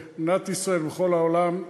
במדינת ישראל ובכל העולם,